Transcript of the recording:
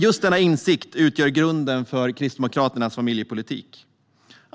Just denna insikt utgör grunden för Kristdemokraternas familjepolitik.